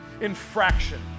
infraction